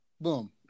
boom